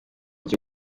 cyo